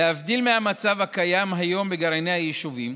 להבדיל מהמצב הקיים היום בגרעיני היישובים,